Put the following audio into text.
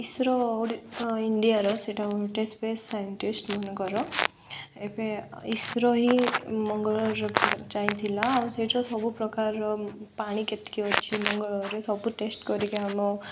ଇଶ୍ରୋ ଇଣ୍ଡିଆର ସେଇଟା ଓଡ଼ିଟ ସ୍ପେସ୍ ସାଇଣ୍ଟିଷ୍ଟମାନଙ୍କର ଏବେ ଇଶ୍ରୋ ହିଁ ମଙ୍ଗଳ ଗ୍ରହର ଯାଇଁଥିଲା ଆଉ ସେଇଟା ସବୁପ୍ରକାରର ପାଣି କେତିକି ଅଛି ମଙ୍ଗଳରେ ସବୁ ଟେଷ୍ଟ କରିକି ଆମ